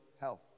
health